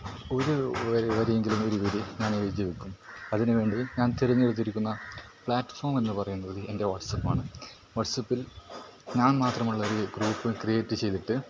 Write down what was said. ഒരു വരിയെങ്കിലും ഒരു വരി ഞാൻ എഴുതി വയ്ക്കും അതിന് വേണ്ടി ഞാൻ തിരഞ്ഞെടുത്തിരിക്കുന്ന പ്ലാറ്റ് ഫോമെന്ന് പറയുന്നത് എൻ്റെ വാട്സ്പ്പാണ് വാട്സ്പ്പിൽ ഞാൻ മാത്രമുള്ളൊരു ഗ്രൂപ്പ് ക്രീയേറ്റ് ചെയ്തിട്ട്